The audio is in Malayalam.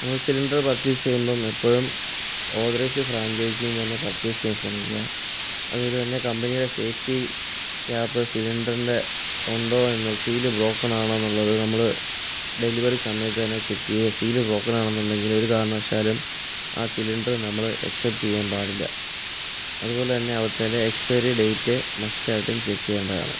നമ്മൾ സിലിണ്ടർ പർച്ചെയ്സ് ചെയ്യുമ്പോൾ എപ്പോഴും ഓതറൈസ്ഡ് ഫ്രാഞ്ചൈസിന്നു തന്നെ പർച്ചെയ്സ് ചെയ്യാൻ ശ്രമിക്കുക അതുപോലെ തന്നെ കമ്പനീടെ സേഫ്റ്റി ക്യാപ്പ് സിലിണ്ടറിൻ്റെ ഉണ്ടോ എന്നും സീൽ ബ്രോക്കൺ ആണൊന്നുള്ളത് നമ്മൾ ഡെലിവറി സമയത്ത് തന്നെ ചെക്ക് ചെയ്യുക സീൽ ബ്രോക്കൺ ആണെന്നുണ്ടെങ്കിൽ ഒരു കാരണവശാലും ആ സിലിണ്ടർ നമ്മൾ എക്സെപ്റ്റ് ചെയ്യാൻ പാടില്ല അതുപോലെ തന്നെ അവിടതേൽ എക്സ്പയറി ഡേറ്റ് മസ്റ്റായിട്ടും ചെക്ക് ചെയ്യേണ്ടതാണ്